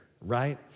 Right